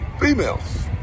females